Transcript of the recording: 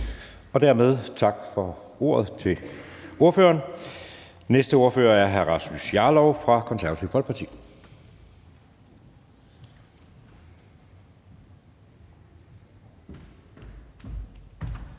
Dermed tak for ordene til ordføreren. Næste ordfører er hr. Rasmus Jarlov fra Det Konservative Folkeparti.